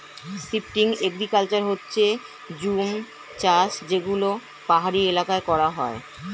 shifting agriculture হচ্ছে জুম চাষ যেগুলো পাহাড়ি এলাকায় করা হয়